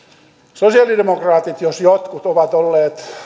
sosialidemokraatit jos jotkut ovat olleet